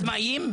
עצמאי?